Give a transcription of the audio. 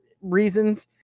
reasons